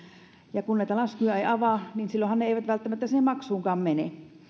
ja kun näitä laskuja ei avaa niin silloinhan ne eivät välttämättä maksuunkaan mene